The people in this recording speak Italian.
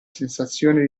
sensazione